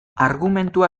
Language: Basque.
argumentua